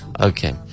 Okay